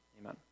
Amen